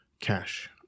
cash